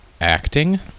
acting